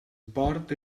port